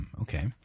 Okay